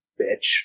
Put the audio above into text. bitch